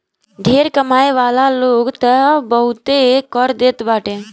ढेर कमाए वाला लोग तअ बहुते कर देत बाटे